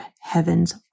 heaven's